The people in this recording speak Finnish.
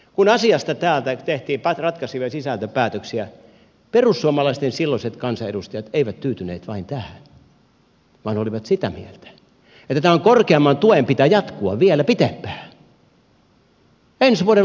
kun asiasta täällä tehtiin ratkaisevia sisältöpäätöksiä perussuomalaisten silloiset kansanedustajat eivät tyytyneet vain tähän vaan olivat sitä mieltä että tämän korkeamman tuen pitää jatkua vielä pitempään ensi vuoden loppuun asti